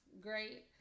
great